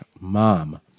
mom